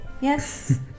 Yes